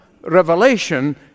Revelation